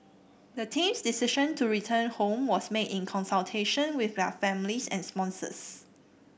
the team's decision to return home was made in consultation with their families and sponsors